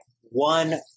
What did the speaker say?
one